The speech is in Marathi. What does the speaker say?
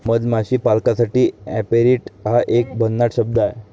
मधमाशी पालकासाठी ऍपेरिट हा एक भन्नाट शब्द आहे